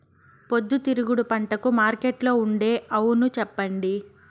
పొద్దుతిరుగుడు పంటకు మార్కెట్లో ఉండే అవును చెప్పండి?